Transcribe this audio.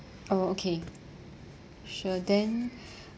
orh okay sure then